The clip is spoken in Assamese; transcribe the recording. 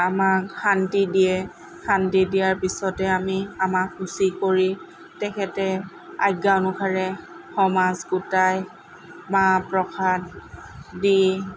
আমাক শান্তি দিয়ে শান্তি দিয়াৰ পিছতে আমি আমাক শুচি কৰি তেখেতে আজ্ঞা অনুসাৰে সমাজ গোটাই মাহ প্ৰসাদ দি